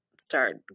start